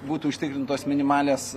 būtų užtikrintos minimalios